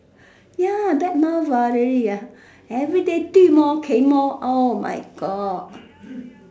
ya bad mouth ah really ah everyday 对么 K 么 oh my God